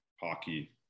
hockey